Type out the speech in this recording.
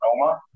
Roma